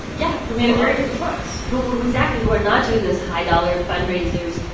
yeah. who've made a very different choice. who who exactly who are not doing those high-dollar fundraisers,